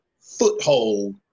foothold